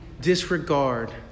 disregard